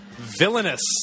Villainous